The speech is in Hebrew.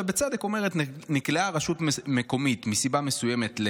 ובצדק: נקלעה רשות מקומית למשבר מסיבה מסוימת,